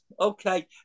Okay